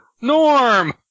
Norm